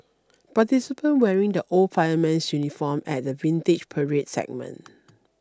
participants wearing the old fireman's uniform at the Vintage Parade segment